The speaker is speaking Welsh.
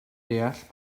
deall